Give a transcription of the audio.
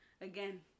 again